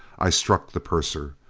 i struck the purser.